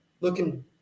looking